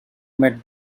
met